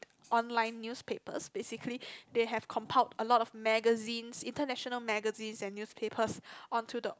online newspapers basically they have compiled a lot of magazines international magazines and newspapers onto the